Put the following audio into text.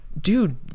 dude